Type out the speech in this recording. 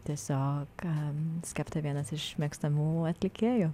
tiesiog skepta vienas iš mėgstamų atlikėjų